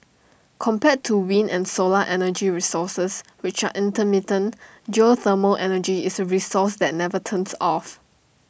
compared to wind and solar energy resources which are intermittent geothermal energy is A resource that never turns off